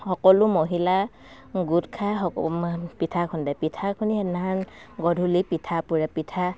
সকলো মহিলা গোট খাই সক পিঠা খুন্দে পিঠা খুন্দি সেইদিনাখন গধূলি পিঠা পোৰে পিঠা